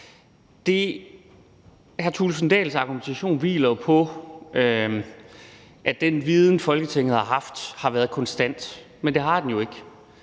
Thulesen Dahls argumentation hviler på, er, at den viden, Folketinget har haft, har været konstant, men det har den jo ikke